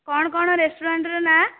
କ'ଣ କ'ଣ ରେଷ୍ଟୁରାଣ୍ଟ୍ର ନାଁ